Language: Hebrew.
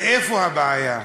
ואיפה הבעיה?